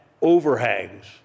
overhangs